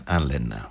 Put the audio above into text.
Allen